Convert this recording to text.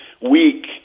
weak